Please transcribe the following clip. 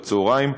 בצהריים,